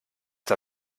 der